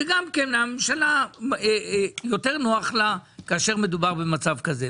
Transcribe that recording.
לממשלה גם יותר נוח כאשר מדובר במצב כזה,